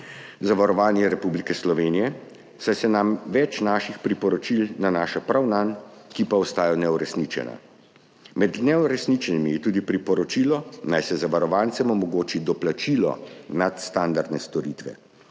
zavarovanje Republike Slovenije, saj se več naših priporočil nanaša prav nanj, ki pa ostajajo neuresničena. Med neuresničenimi je tudi priporočilo, naj se zavarovancem omogoči doplačilo nadstandardne storitve.